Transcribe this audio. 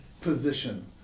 position